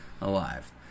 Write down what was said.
alive